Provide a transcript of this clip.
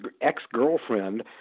ex-girlfriend